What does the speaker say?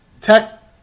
tech